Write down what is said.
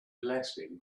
blessing